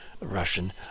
Russian